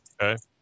Okay